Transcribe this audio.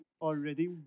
already